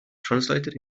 translated